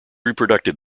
reproductive